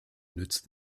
nützt